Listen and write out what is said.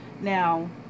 Now